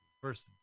First